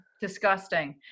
disgusting